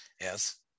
Yes